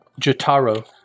Jotaro